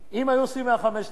40% מה-5,000,